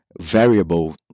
variable